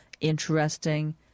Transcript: interesting